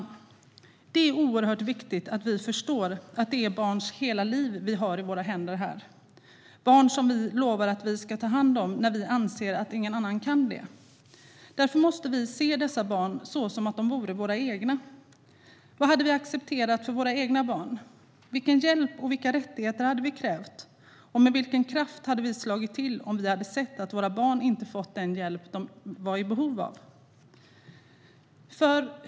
Det är oerhört viktigt att vi förstår att det är barns hela liv vi har i våra händer. Det är barn som vi lovar att vi ska ta hand om när vi anser att ingen annan kan det. Därför måste vi se dessa barn som om de vore våra egna. Vad hade vi accepterat för våra egna barn? Vilken hjälp och vilka rättigheter hade vi krävt, och med vilken kraft hade vi slagit till om vi hade sett att våra barn inte fått den hjälp de var i behov av?